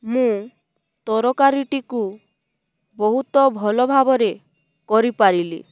ମୁଁ ତରକାରୀଟିକୁ ବହୁତ ଭଲ ଭାବରେ କରିପାରିଲି